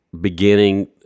beginning